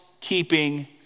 keeping